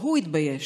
שהוא יתבייש.